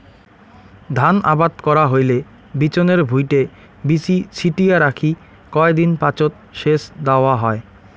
ধান আবাদ করা হইলে বিচনের ভুঁইটে বীচি ছিটিয়া রাখি কয় দিন পাচত সেচ দ্যাওয়া হয়